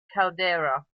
caldera